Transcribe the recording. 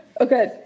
okay